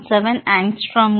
7 ஆங்ஸ்ட்ரோம்கள் 1